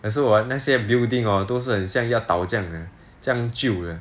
可是 hor 那些 building hor 都是很像要倒这样 eh 这样久 eh